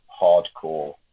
hardcore